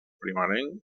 primerenc